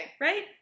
Right